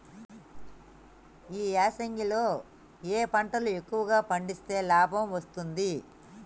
ఈ యాసంగి లో ఏ పంటలు ఎక్కువగా పండిస్తే లాభం వస్తుంది?